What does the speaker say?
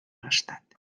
l’estat